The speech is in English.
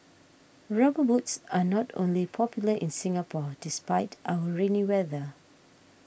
rubber boots are not only popular in Singapore despite our rainy weather